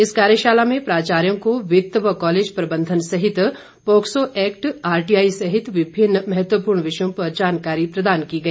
इस कार्यशाला में प्राचार्यों को वित्त व कॉलेज प्रबंधन सहित पोक्सो एक्ट आरटीआई सहित विभिन्न महत्वपूर्ण विषयों पर जानकारी प्रदान की गई